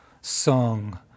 song